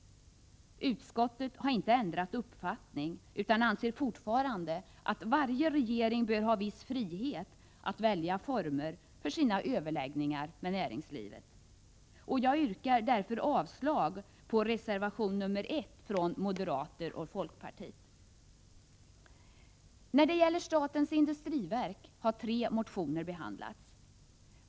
Utskottet har inte ändrat uppfattning utan anser fortfarande att varje regering bör ha viss frihet att välja former för sina överläggningar med näringslivet. Jag yrkar därför avslag på reservation nr 1 från moderaterna och folkpartiet. När det gäller statens industriverk har tre motioner behandlats.